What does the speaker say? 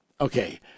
Okay